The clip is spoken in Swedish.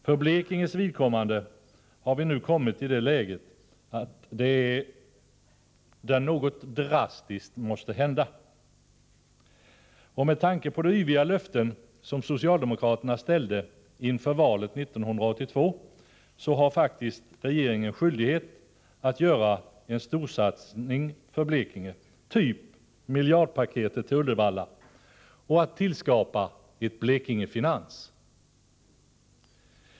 För Blekinges vidkommande är vi nu i det läget att något drastiskt måste hända. Och med tanke på de yviga löften som socialdemokraterna utställde inför valet 1982 har faktiskt regeringen skyldighet att göra en storsatsning för Blekinge, typ miljardpaketet till Uddevalla, och att tillskapa ett Blekinge-Finans.